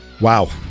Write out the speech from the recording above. Wow